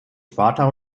sparta